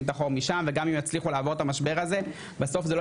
את החור משם וגם אם יצליחו לעבור את המשבר הזה בסוף זה לא